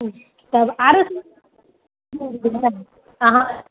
ठीक छै तब आरो चीज रहि गेलै ने अहाँ